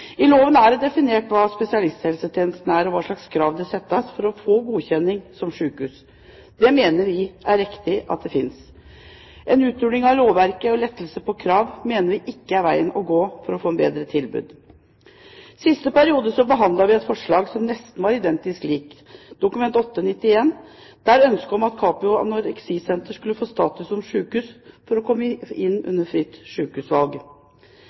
I loven er det definert hva spesialisthelsetjeneste er, og hva slags krav som stilles for å få godkjenning som sykehus. Det mener vi er riktig. En uthuling av lovverket og lettelser på krav mener vi ikke er veien å gå for å få bedre tilbud. I siste periode behandlet vi et forslag som nesten var identisk, Dokument nr. 8:91 for 2008–2009, der ønsket var at Capio Anoreksi Senter skulle få status som sykehus for å kunne komme inn under fritt